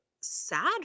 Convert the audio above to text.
sad